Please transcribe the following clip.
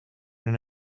and